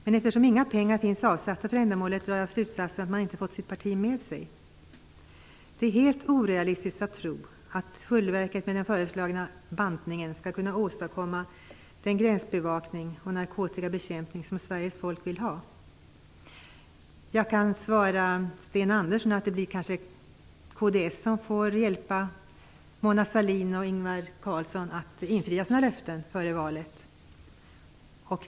Men eftersom inga pengar finns avsatta för ändamålet drar jag slutsatsen att de inte har fått sitt parti med sig. Det är helt orealistiskt att tro att Tullverket med den föreslagna bantningen skall kunna åstadkomma den gränsbevakning och den narkotikabekämpning som Sveriges folk vill ha. Jag kan svara Sten Andersson att det kanske blir kds som får hjälpa Mona Sahlin och Ingvar Carlsson att infria sina löften före valet.